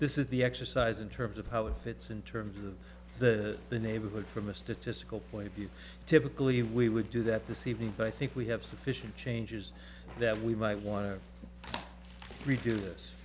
this is the exercise in terms of how it fits in terms of the neighborhood from a statistical point of view typically we would do that this evening but i think we have sufficient changes that we might wan